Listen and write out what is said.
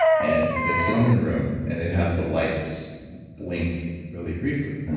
and they'd sit them in a room, and they'd have the lights blink really briefly.